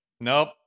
nope